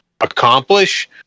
accomplish